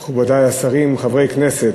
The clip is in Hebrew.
תודה רבה לך, מכובדי השרים, חברי כנסת,